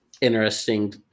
interesting